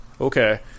Okay